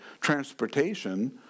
transportation